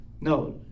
no